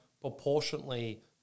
proportionally